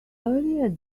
earlier